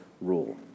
rule